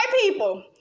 people